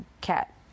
cat